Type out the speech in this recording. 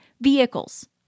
vehicles